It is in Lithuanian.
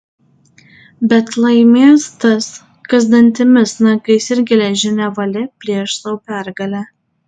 bet laimės tas kas dantimis nagais ir geležine valia plėš sau pergalę